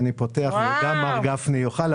וגם מר גפני יוכל.